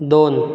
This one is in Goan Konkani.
दोन